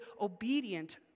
obedient